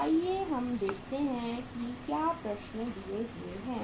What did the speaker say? आइए हम देखते हैं कि क्या प्रश्न दिए हैं